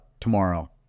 tomorrow